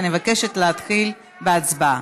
אני מבקשת להתחיל בהצבעה.